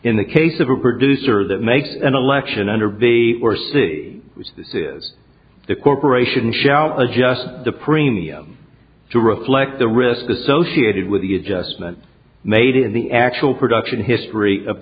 in the case of a producer that makes an election under b or c the corporation shall adjust the premium to reflect the risk associated with the adjustment made in the actual production history of